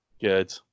Good